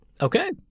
Okay